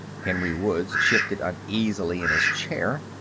henry woods shifted uneasily in his chair.